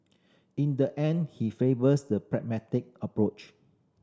in the end he favours the pragmatic approach